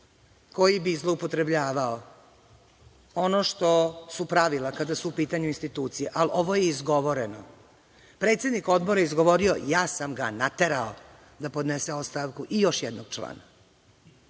koji bi i zloupotrebljavao ono što su pravila kada su u pitanju institucija, ali ovo je izgovoreno. Predsednik Odbora je izgovorio – ja sam ga naterao da podnese ostavku i još jednog člana.